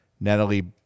Natalie